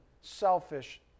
selfish